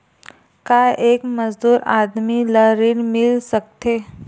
का एक मजदूर आदमी ल ऋण मिल सकथे?